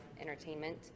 entertainment